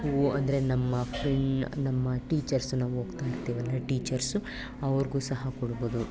ಹೂವು ಅಂದರೆ ನಮ್ಮ ಫ್ರೆಂಡ್ ನಮ್ಮ ಟೀಚರ್ಸ್ ನಾವು ಹೋಗ್ತಾ ಇರ್ತೀವಲ್ಲ ಟೀಚರ್ಸು ಅವ್ರಿಗೂ ಸಹ ಕೊಡ್ಬೌದು